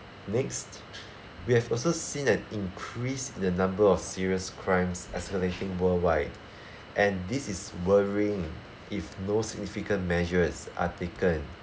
next we have also seen an increase the number of serious crimes escalating worldwide and this is worrying if no significant measures are taken